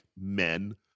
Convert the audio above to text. men